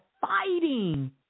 fighting